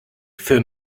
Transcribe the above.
für